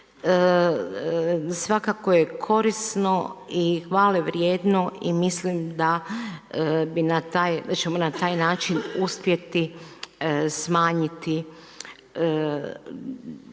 svakako je korisni i hvale vrijedno i mislim da ćemo na taj način uspjeti smanjiti